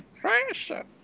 precious